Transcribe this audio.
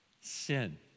sin